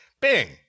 Bing